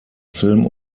film